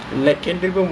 so ya it helps